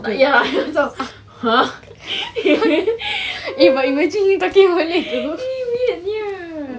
but ya !eww! weird nya